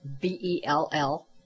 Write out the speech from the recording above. B-E-L-L